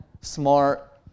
smart